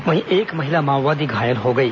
वहीं एक महिला माओवादी घायल हो गई